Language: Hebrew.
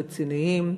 רציניים,